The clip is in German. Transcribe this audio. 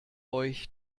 euch